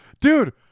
Dude